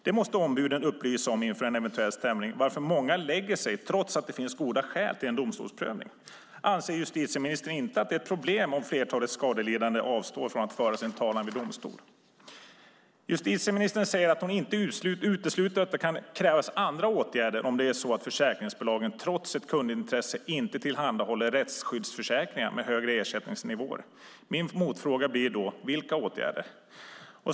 Detta måste ombuden upplysa om inför en eventuell stämning, varför många lägger sig trots att det finns goda skäl till domstolsprövning. Anser justitieministern inte att det är ett problem om flertalet skadelidande avstår från att föra sin talan vid domstol? Justitieministern säger att hon inte utesluter att det kan krävas andra åtgärder om det är så att försäkringsbolagen trots ett kundintresse inte tillhandahåller rättsskyddsförsäkringar med högre ersättningsnivåer. Min motfråga blir då: Vilka åtgärder?